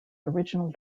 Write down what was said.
original